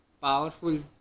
powerful